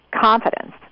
confidence